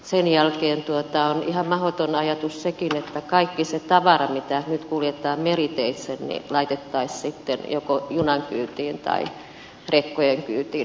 sen jälkeen on ihan mahdoton ajatus sekin että kaikki se tavara mitä nyt kuljetetaan meriteitse laitettaisiin sitten joko junan kyytiin tai rekkojen kyytiin